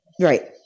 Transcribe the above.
Right